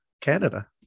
Canada